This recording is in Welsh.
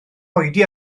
oedi